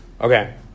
Okay